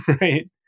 right